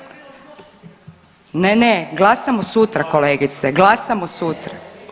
Ne, ne, glasamo sutra kolegice, glasamo sutra.